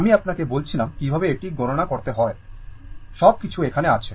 আমি আপনাকে বলেছিলাম কিভাবে এটি গণনা করতে হয় সব কিছু এখানে আছে